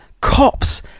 cops